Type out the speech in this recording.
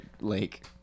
lake